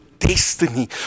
destiny